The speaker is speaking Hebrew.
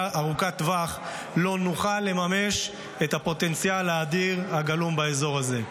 ארוכת טווח לא נוכל לממש את הפוטנציאל האדיר הגלום באזור הזה.